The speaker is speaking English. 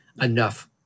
enough